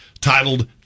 titled